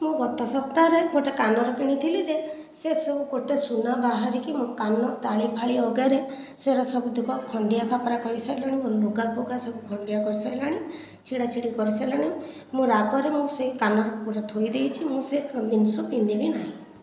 ମୁଁ ଗତ ସପ୍ତାହ ରେ ଗୋଟିଏ କାନର କିଣିଥିଲି ଯେ ସେ ଗୋଟିଏ ସୁନା ବାହାରିକି ମୋ କାନ ତାଳି ଫାଳି ଅଗାରେ ସେଇଟା ସବୁତିକ ଖଣ୍ଡିଆ ଖାବରା କରି ସାରିଲାଣି ମୋ ଲୁଗା ଫୁଗା ସବୁ ଖଣ୍ଡିଆ କରି ସାରିଲାଣି ଛିଡ଼ା ଛିଡ଼ି କରି ସାରିଲାଣି ମୁଁ ରାଗରେ ମୋର ସେ କାନର ପୁରା ଥୋଇଦେଇଛି ମୁଁ ସେ ଜିନିଷ ପିନ୍ଧିବି ନାହିଁ